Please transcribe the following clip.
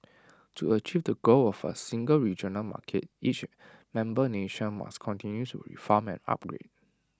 to achieve the goal of A single regional market each member nation must continue to reform and upgrade